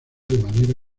manera